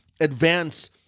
advance